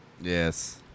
Yes